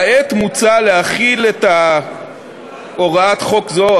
כעת מוצע להחיל הוראת חוק זו,